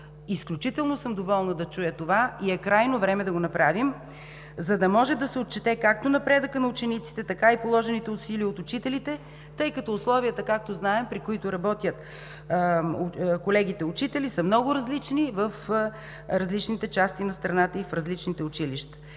Изключително съм доволна да чуя това и е крайно време да го направим, за да може да се отчете както напредъкът на учениците, така и положените усилия от учителите, тъй като условията, както знаем, при които работят колегите учители, са много различни в различните части на страната и в различните училища.